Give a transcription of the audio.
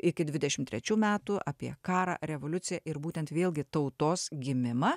iki dvidešimt trečių metų apie karą revoliuciją ir būtent vėlgi tautos gimimą